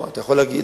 אתה יכול להציע,